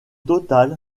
total